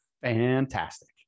Fantastic